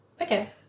okay